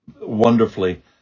wonderfully